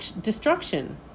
destruction